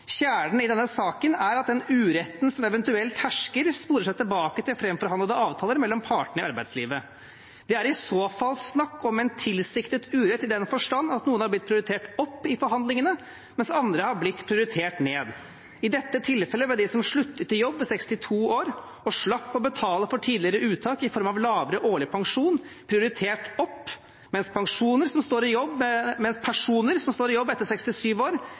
i denne saken er at den uretten som eventuelt hersker, sporer seg tilbake til framforhandlede avtaler mellom partene i arbeidslivet. Det er i så fall snakk om en tilsiktet urett i den forstand at noen har blitt prioritert opp i forhandlingene, mens andre har blitt prioritert ned. I dette tilfellet ble de som sluttet i jobb ved 62 år og slapp å betale for tidligere uttak i form av lavere årlig pensjon, prioritert opp, mens personer som står i jobb etter 67 år, ble prioritert ned ved at de ikke får noen gevinst i